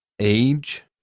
Age